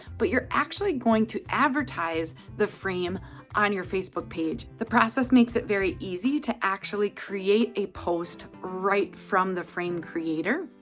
but you're actually going to advertise the frame on your facebook page. the process makes it very easy to actually create a post right from the frame creator.